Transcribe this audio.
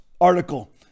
article